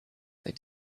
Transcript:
they